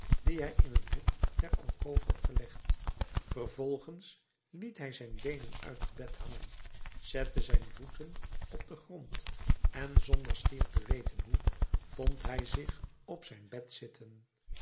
dien hij in een hoek der alkoof had gelegd vervolgens liet hij zijn beenen uit het bed hangen zette zijn voeten op den grond en zonder schier te weten hoe vond hij zich op zijn bed zitten